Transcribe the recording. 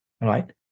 Right